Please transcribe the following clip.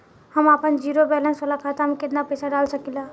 हम आपन zero balance वाला खाता मे केतना पईसा डाल सकेला?